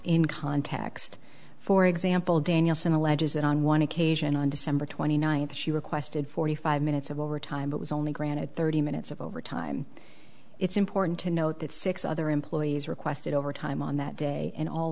in context for example danielson alleges that on one occasion on december twenty ninth she requested forty five minutes of overtime but was only granted thirty minutes of overtime it's important to note that six other employees requested overtime on that day and all